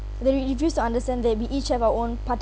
they they refuse to understand that we each have our own par~